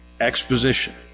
exposition